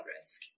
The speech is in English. risk